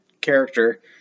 character